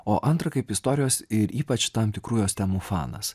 o antra kaip istorijos ir ypač tam tikrų jos temų fanas